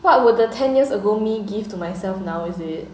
what would the ten years ago me give to myself now is it